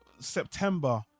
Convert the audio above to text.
September